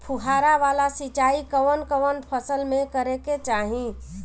फुहारा वाला सिंचाई कवन कवन फसल में करके चाही?